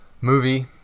movie